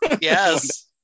Yes